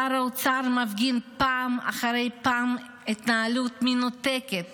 שר האוצר מפגין פעם אחר פעם התנהלות מנותקת